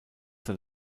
zur